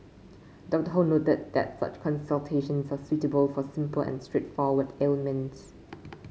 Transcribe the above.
Doctor Ho noted that such consultations are suitable for simple and straightforward ailments